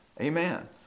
Amen